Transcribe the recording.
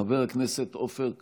חבר הכנסת עופר כסיף,